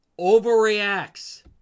overreacts